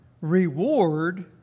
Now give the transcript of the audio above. Reward